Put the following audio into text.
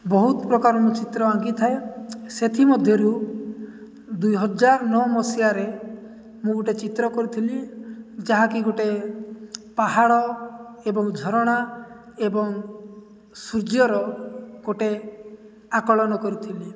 ବହୁତ ପ୍ରକାର ମୁଁ ଚିତ୍ର ଆଙ୍କିଥାଏ ସେଥି ମଧ୍ୟରୁ ଦୁଇ ହଜାର ନଅ ମସିହାରେ ମୁଁ ଗୋଟେ ଚିତ୍ର କରିଥିଲି ଯାହାକି ଗୋଟେ ପାହାଡ଼ ଏବଂ ଝରଣା ଏବଂ ସୂର୍ଯ୍ୟର ଗୋଟେ ଆକଳନ କରିଥିଲି